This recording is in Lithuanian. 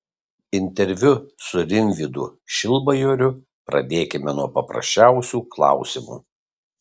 interviu su rimvydu šilbajoriu pradėkime nuo paprasčiausių klausimų